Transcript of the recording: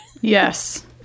Yes